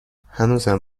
هنوزم